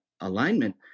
alignment